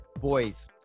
Boys